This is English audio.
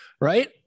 right